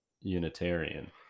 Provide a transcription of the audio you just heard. Unitarian